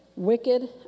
Wicked